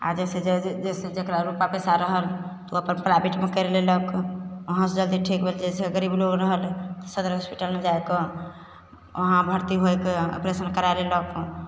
आओर जइसे जइसे जकरा रुपा पइसा रहल तऽ ओ अपन प्राइवेटमे करि लेलक वहाँसे जल्दी ठीक भेल जइसे गरीब लोक रहल सदर हॉस्पिटलमे जाके वहाँ भरती होइके ऑपरेशन करै लेलक